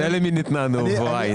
אתה יודע למי ניתנה הנבואה, ינון.